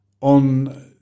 on